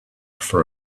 for